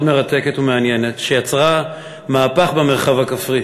מרתקת ומעניינת שיצרה מהפך במרחב הכפרי,